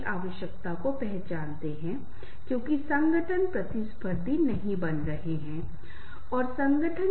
अब अगर मैं कहता हूं कि रिश्ते प्रकृति में क्षणभंगुर हैं जैसा कि मैं कहता हूं कि कोई भी संबंध स्थायी नहीं है एक प्रक्रिया है